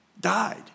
died